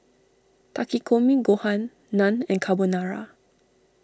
Takikomi Gohan Naan and Carbonara